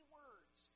words